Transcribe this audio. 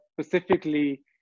specifically